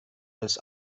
als